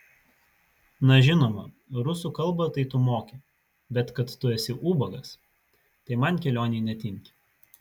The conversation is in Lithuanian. na žinoma rusų kalbą tai tu moki bet kad tu esi ubagas tai man kelionei netinki